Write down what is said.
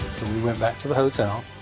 we went back to the hotel,